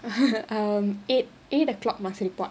um eight eight o'clock must report